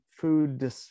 food